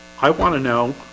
i want to know